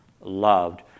loved